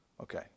Okay